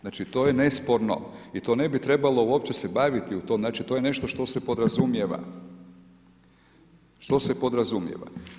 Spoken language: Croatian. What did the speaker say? Znači to je nesporno i to ne bi trebalo uopće se baviti u to, znači to je nešto što se podrazumijeva, što se podrazumijeva.